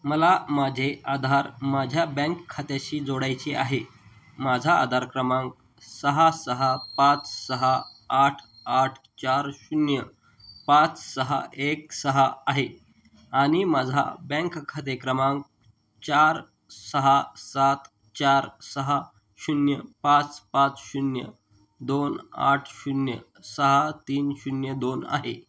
मला माझे आधार माझ्या बँक खात्याशी जोडायचे आहे माझा आधार क्रमांक सहा सहा पाच सहा आठ आठ चार शून्य पाच सहा एक सहा आहे आणि माझा बँक खाते क्रमांक चार सहा सात चार सहा शून्य पाच पाच शून्य दोन आठ शून्य सहा तीन शून्य दोन आहे